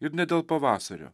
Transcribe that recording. ir ne dėl pavasario